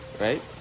Right